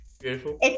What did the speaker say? beautiful